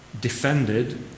defended